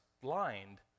blind